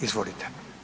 Izvolite.